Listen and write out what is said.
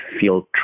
feel